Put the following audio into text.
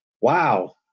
wow